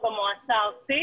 הארצית.